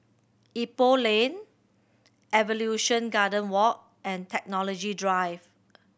Ipoh Lane Evolution Garden Walk and Technology Drive